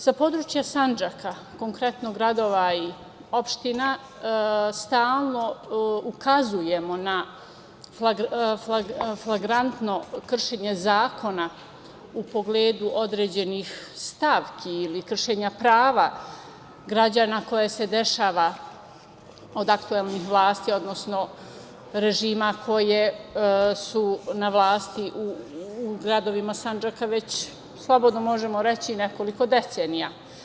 Sa područja Sandžaka, konkretno gradova i opština stalno ukazujemo na flagrantno kršenje zakona u pogledu određenih stavki ili kršenja prava građana koje se dešava od aktuelnih vlasti, odnosno režima koji je na vlasti u gradovima Sandžaka već, slobodno možemo reći nekoliko decenija.